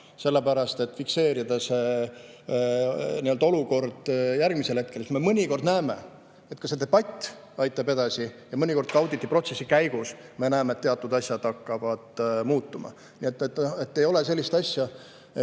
selleks et fikseerida olukord järgmisel hetkel. Mõnikord me näeme, et debatt aitab edasi, ja mõnikord ka auditiprotsessi käigus me näeme, et teatud asjad hakkavad muutuma. Nii et ei ole sellist asja,